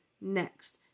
next